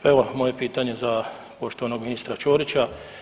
Evo moje pitanje za poštovanog ministra Ćorić.